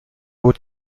بود